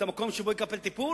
את המקום שבו יקבל טיפול,